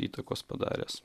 įtakos padaręs